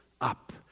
up